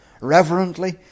Reverently